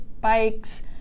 bikes